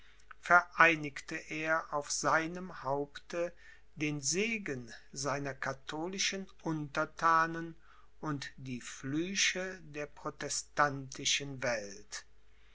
vereinigte er auf seinem haupte den segen seiner katholischen unterthanen und die flüche der protestantischen welt